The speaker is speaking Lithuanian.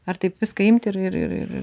ar taip viską imti ir ir ir ir